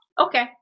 okay